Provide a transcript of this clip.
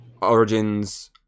Origins